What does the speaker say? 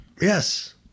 Yes